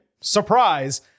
surprise